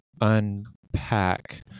unpack